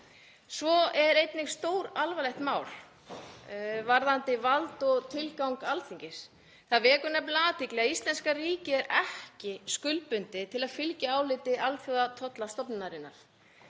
Svo er einnig stóralvarlegt mál sem varðar vald og tilgang Alþingis. Það vekur nefnilega athygli að íslenska ríkið er ekki skuldbundið til að fylgja áliti Alþjóðatollastofnunarinnar